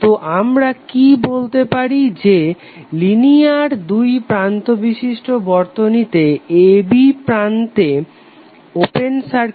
তো আমরা কি বলতে পারি যে লিনিয়ার দুই প্রান্ত বিশিষ্ট বর্তনীতে a b প্রান্ততে ওপেন সার্কিট ভোল্টেজ হবে VTh